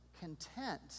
content